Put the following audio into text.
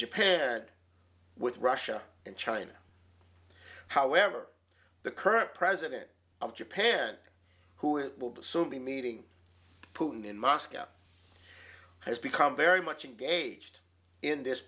japan with russia and china however the current president of japan who it will be meeting putin in moscow has become very much engaged in this